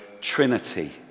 Trinity